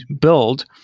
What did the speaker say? build